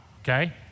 okay